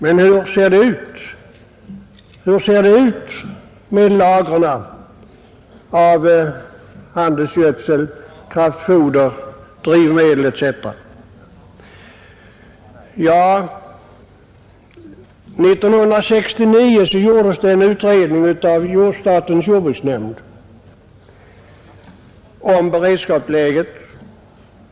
Men hur ser det ut med lagren av handelsgödsel, kraftfoder, drivmedel etc.? 1969 gjorde statens jordbruksnämnd en utredning om beredskapsläget.